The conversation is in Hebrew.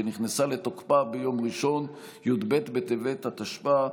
שנכנסה לתוקפה ביום ראשון י"ב בטבת התשפ"א,